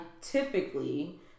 typically